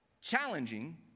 challenging